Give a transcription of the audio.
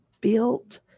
built